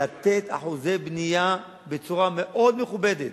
לתת אחוזי בנייה בצורה מאוד מכובדת,